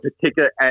particular